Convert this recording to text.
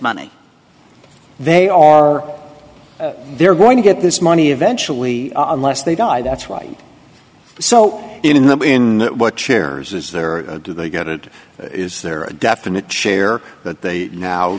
money they are they're going to get this money eventually unless they die that's why so in the in what chairs is there or do they get it is there a definite share that they now